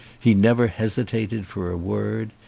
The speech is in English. he never hesitated for a word.